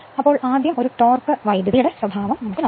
ഇപ്പോൾ ആദ്യം ഒരു ടോർക്ക് കറന്റ് സ്വഭാവമാണ്